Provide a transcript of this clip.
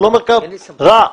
הוא לא מרכב רע.